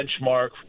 benchmark